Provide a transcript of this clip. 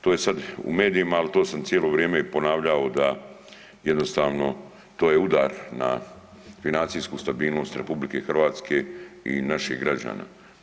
To je sada u medijima, ali to sam cijelo vrijeme i ponavljao da jednostavno to je udar na financijsku stabilnost RH i naših građana.